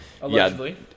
Allegedly